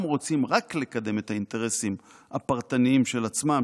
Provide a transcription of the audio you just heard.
רוצים רק לקדם את האינטרסים הפרטניים של עצמם,